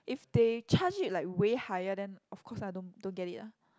if they charge it like where higher then of course lah don't don't get it lah